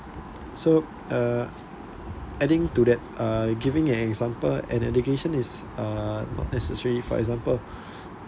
so uh adding to that uh giving an example an education is uh not necessary for example